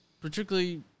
particularly